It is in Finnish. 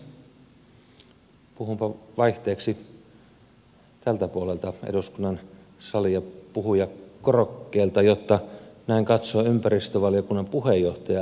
puhunpa vaihteeksi puhujakorokkeelta tältä puolelta eduskunnan salia jotta näen katsoa ympäristövaliokunnan puheenjohtaja korhosta paremmin silmiin